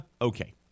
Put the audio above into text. okay